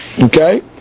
Okay